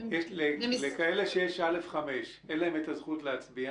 לכאלה יש א/5 אין להם את הזכות להצביע,